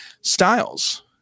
styles